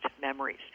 memories